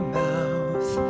mouth